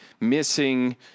missing